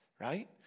right